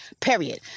period